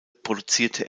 produzierte